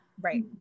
Right